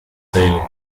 sailing